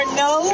no